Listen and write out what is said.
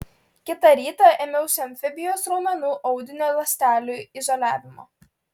kitą rytą ėmiausi amfibijos raumenų audinio ląstelių izoliavimo